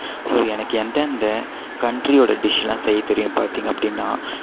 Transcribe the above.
so எனக்கு எந்தெந்த கண்ட்ரியோடய டிஷ்லாம் செய்ய தெரியும் பார்த்தீங்க அப்படின்னா